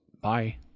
Bye